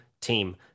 team